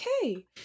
okay